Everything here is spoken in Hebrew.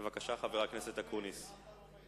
בבקשה, חבר הכנסת אופיר אקוניס.